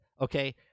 okay